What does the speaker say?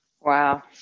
Wow